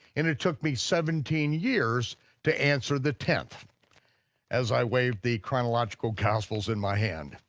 and it took me seventeen years to answer the tenth as i waved the chronological gospels in my hand.